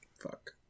fuck